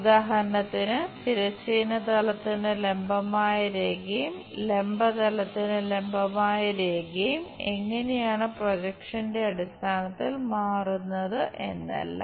ഉദാഹരണത്തിന് തിരശ്ചീന തലത്തിന് ലംബമായ രേഖയും ലംബ തലത്തിന് ലംബമായ രേഖയും എങ്ങനെയാണ് പ്രൊജക്ഷന്റെ അടിസ്ഥാനത്തിൽ മാറുന്നത് എന്നെല്ലാം